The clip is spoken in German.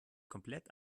komplett